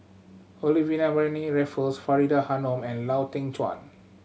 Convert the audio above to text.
Olivia Mariamne Raffles Faridah Hanum and Lau Teng Chuan